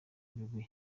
ibigwi